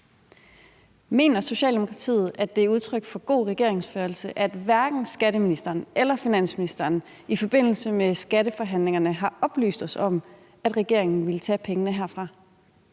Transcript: Mener Socialdemokratiet, at det er udtryk for god regeringsførelse, at hverken skatteministeren eller finansministeren i forbindelse med skatteforhandlingerne har oplyst os om, at regeringen ville tage pengene herfra?